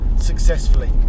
successfully